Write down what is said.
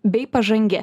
bei pažangi